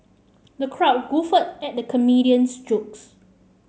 the crowd guffawed at the comedian's jokes